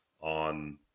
on